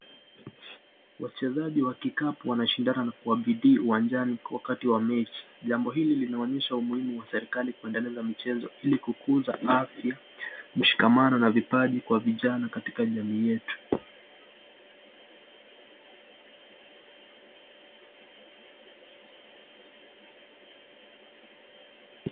Wachezaji wa kikapu wanashindana kwa bidii uwanjani wakati wa mechi. jambo hili umuhimu wa serikali kundeleza mchezo ili kukuza afya, msikamano vipaji kwa vijana katika jamii yetu.